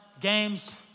games